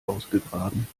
ausgegraben